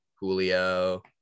Julio